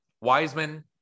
Wiseman